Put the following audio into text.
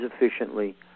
efficiently